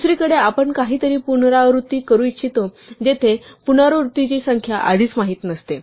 दुसरीकडे आपण काहीतरी पुनरावृत्ती करू इच्छितो जेथे पुनरावृत्तीची संख्या आधीच माहित नसते